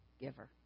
giver